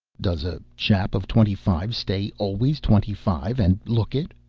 does a chap of twenty-five stay always twenty-five, and look it?